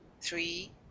three